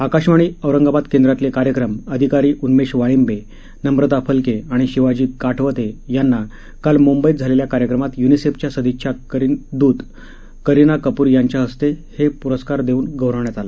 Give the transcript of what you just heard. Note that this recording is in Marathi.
आकाशवाणी औरंगाबाद केंद्रातले कार्यक्रम अधिकारी उन्मेष वाळिंबे नम्रता फलके आणि शिवाजी काटवथे यांना काल म्ंबईत झालेल्या कार्यक्रमात य्निसेफच्या सदिच्छा दूत करीना कपूर खान यांच्या हस्ते हे पुरस्कार देऊन गौरवण्यात आलं